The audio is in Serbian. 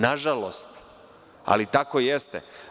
Nažalost, ali tako jeste.